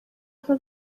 nka